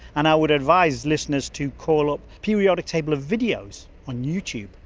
and i would advise listeners to call up periodic table videos on youtube,